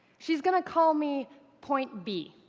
she's going to call me point b,